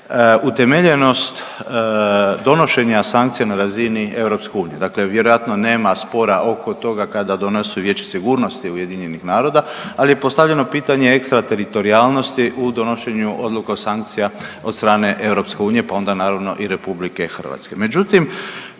utemeljenost donošenja sankcija na razini EU. Dakle, vjerojatno nema spora oko toga kada donosi Vijeće sigurnosti UN-a, ali je postavljeno pitanje ekstra teritorijalnosti u donošenju odluka o sankcijama od strane EU, pa onda naravno i Republike Hrvatske. Međutim,